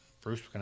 Bruce